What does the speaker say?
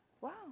wow